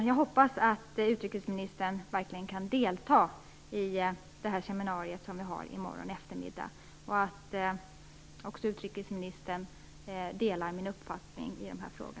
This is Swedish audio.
Jag hoppas att utrikesministern kan delta i det seminarium som vi har i morgon eftermiddag. Jag hoppas också att utrikesministern delar min uppfattning i dessa frågor.